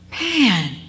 man